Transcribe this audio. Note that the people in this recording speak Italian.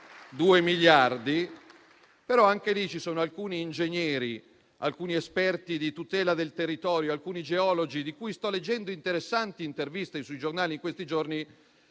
lì, però, ci sono alcuni ingegneri, alcuni esperti di tutela del territorio, alcuni geologi di cui sto leggendo interessanti interviste sui giornali in questi giorni,